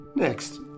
Next